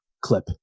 clip